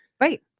Right